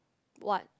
what